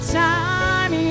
time